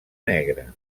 negre